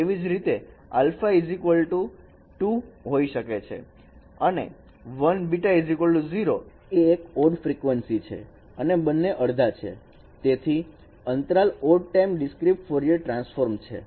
તેવી જ રીતે α 2 હોઇ શકે છે અને 1 β 0 એ એક odd frequency છે અને બંને અડધા છે તેથી અંતરાલ odd time discrete Fourier transform છે